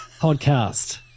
podcast